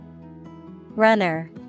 Runner